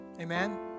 Amen